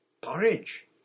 Porridge